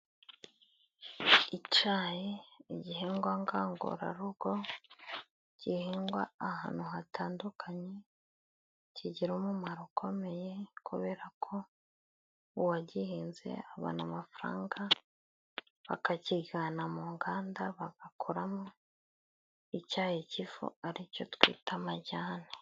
Icyayi, igihingwa ngandurarugo gihingwa ahantu hatandukanye, kigira umumaro ukomeye kubera ko uwagihinze abona amafaranga, bakakigana mu nganda bagakoramo icyayi cy'ifu ari cyo twita amajyane.